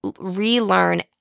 relearn